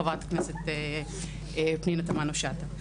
חה"כ פנינה תמנו-שטה.